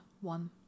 one